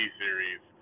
series